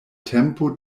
tempo